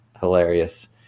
hilarious